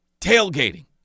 Tailgating